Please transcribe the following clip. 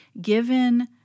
given